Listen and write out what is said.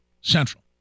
Central